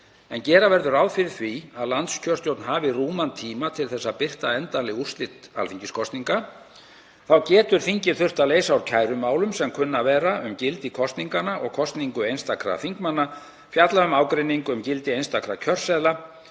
en gera verður ráð fyrir því að landskjörstjórn hafi rúman tíma til þess að birta endanleg úrslit alþingiskosninga. Þá getur þingið þurft að leysa úr kærumálum sem kunna að vera um gildi kosninganna og kosningu einstakra þingmanna, fjalla um ágreining um gildi einstakra kjörseðla